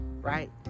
right